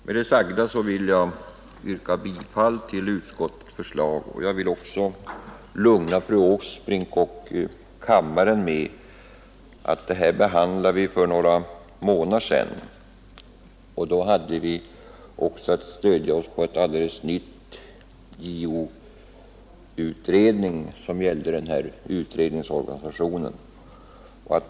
Med det sagda vill jag yrka bifall till utskottets förslag, och jag vill också lugna fru Åsbrink och kammaren med att när vi behandlade detta ärende för några månader sedan hade vi att stödja oss på en alldeles ny JO-utredning som gällde den här utredningsorganisationen.